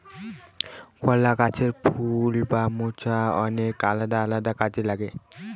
কলা গাছের ফুল বা মোচা অনেক আলাদা আলাদা কাজে লাগে